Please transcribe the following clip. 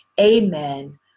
amen